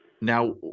Now